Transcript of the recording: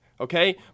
okay